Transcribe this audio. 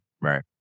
Right